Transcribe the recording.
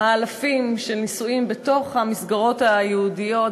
נישואים בתוך המסגרות היהודיות,